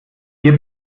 hier